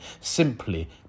simply